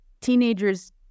teenagers